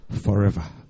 forever